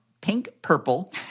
pink-purple